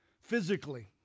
physically